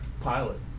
pilot